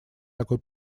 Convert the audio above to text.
такой